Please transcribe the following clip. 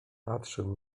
patrzył